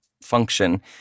function